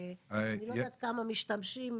לא יודעת כמה משתמשים,